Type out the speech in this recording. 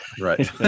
Right